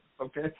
okay